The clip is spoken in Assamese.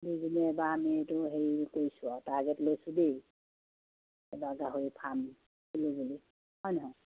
দুইজনীয়ে এবাৰ আমি এইটো হেৰি কৰিছোঁ আৰু টাৰ্গেট লৈছোঁ দেই এবাৰ গাহৰি ফাৰ্ম খুলিবলৈ হয় নহয়